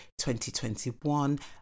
2021